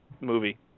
movie